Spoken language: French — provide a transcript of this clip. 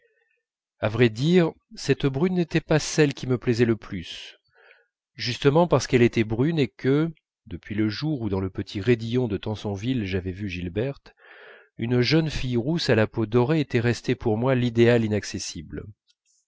à vrai dire cette brune n'était pas celle qui me plaisait le plus justement parce qu'elle était brune et que depuis le jour où dans le petit raidillon de tansonville j'avais vu gilberte une jeune fille rousse à la peau dorée était restée pour moi l'idéal inaccessible